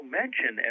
mention